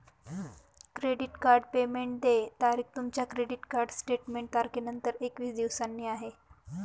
credit card payment देय तारीख तुमच्या क्रेडिट कार्ड स्टेटमेंट तारखेनंतर एकवीस दिवसांनी आहे